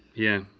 yeah,